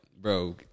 bro